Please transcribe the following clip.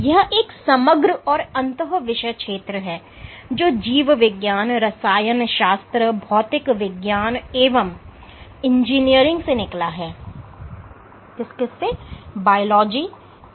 यह एक समग्र और अंतः विषय क्षेत्र है जो जीव विज्ञान रसायन शास्त्र भौतिक विज्ञान एवं इंजीनियरिंग से निकला है